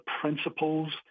principles